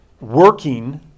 working